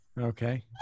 Okay